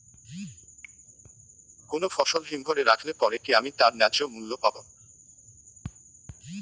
কোনো ফসল হিমঘর এ রাখলে পরে কি আমি তার ন্যায্য মূল্য পাব?